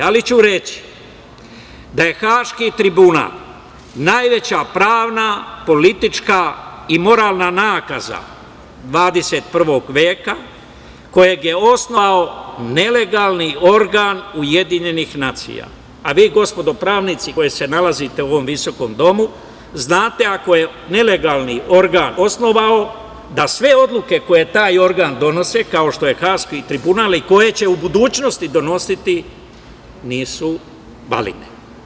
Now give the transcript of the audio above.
Ali, ću reći da je Haški tribunal najveća pravna, politička i moralna nakaza 21. veka, kojeg je osnovao nelegalni organ UN, a vi gospodo pravnici koji se nalazite u ovom visokom domu znate ako je nelegalni organ osnovao da sve odluke koje taj organ donosi, kao što je Haški tribunal i koje će u budućnosti donositi nisu validne.